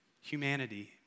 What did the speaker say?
humanity